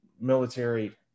military